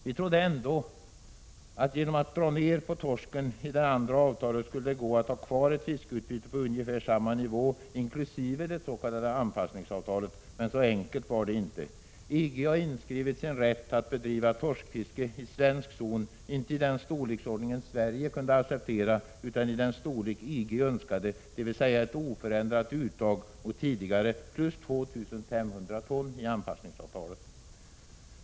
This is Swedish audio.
Vi trodde att man genom att dra ner på mängden torsk i det andra avtalet skulle kunna ha kvar ett fiskeutbyte på ungefär samma nivå inkl. det s.k. anpassningsavtalet. Men så enkelt var det inte. EG har inskrivit sin rätt att bedriva torskfiske i svensk zon, men inte i den storleksordning Sverige kan acceptera utan i den storlek EG önskar, dvs. ett lika stort uttag som tidigare plus 2 500 ton i anpassningsavtalet.